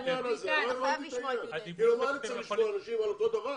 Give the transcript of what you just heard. למה אני צריך לשמוע אנשים על אותו דבר?